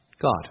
God